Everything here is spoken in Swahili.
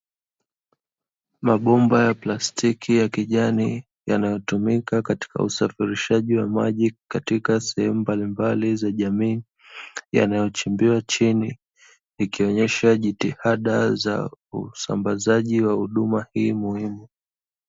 Mabomba ya plastiki ya kijani, yanayotumika katika usafirishaji wa maji katika sehwmu mbalimbali za jamii, yanayochimbiwa chini. Ikionyesha ni jitihada za usambazaji wa huduma hii muhimu.